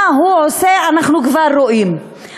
מה הוא עושה אנחנו כבר רואים,